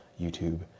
YouTube